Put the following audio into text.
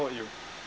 about you